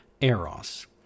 Eros